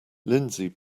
lindsey